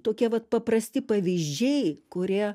tokie vat paprasti pavyzdžiai kurie